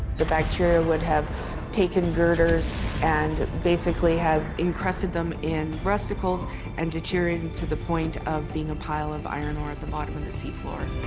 the bacteria would have taken girders and basically has encrusted them in rusticles and deterrence to the point of being a pile of iron ore at the bottom of the sea floor